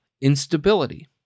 instability